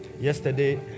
Yesterday